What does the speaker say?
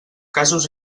casos